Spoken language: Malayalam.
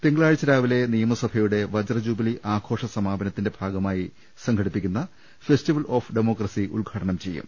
തിങ്കളാഴ്ച രാവിലെ നിയമസഭയുടെ വജ്രജൂബിലി ആഘോഷ സമാപനത്തിന്റെ ഭാഗമായി സംഘടിപ്പിക്കുന്ന ഫെസ്റ്റിവൽ ഓഫ് ഡെമോക്രസി ഉദ്ഘാടനം ചെയ്യും